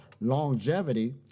longevity